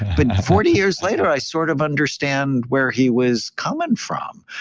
but forty years later, i sort of understand where he was coming from.